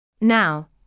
Now